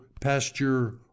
pasture